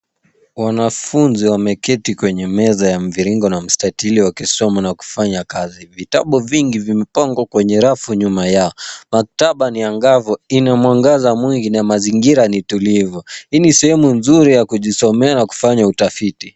Wanafunzi wameketi kwenye meza ya mviringo na mstatili wakisoma na kufanya kazi. Vitabu vingi vimepangwa kwenye rafu nyuma yao. Maktaba ni angavu, ina mwangaza mwingi na mazingira ni tulivu. Hii ni sehemu nzuri ya kujisomea na kufanya utafiti.